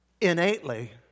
innately